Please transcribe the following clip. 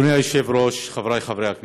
אדוני היושב-ראש, חברי חברי הכנסת,